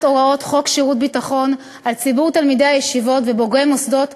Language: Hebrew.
הוראות חוק שירות ביטחון על ציבור תלמידי הישיבות ובוגרי מוסדות